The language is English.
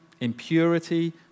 impurity